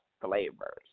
flavors